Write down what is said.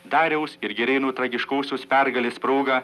dariaus ir girėno tragiškosios pergalės proga